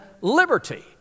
liberty